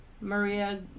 Maria